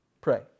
pray